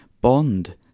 Bond